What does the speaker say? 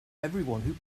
everyone